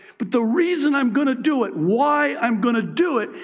but the reason i'm going to do it, why i'm going to do it,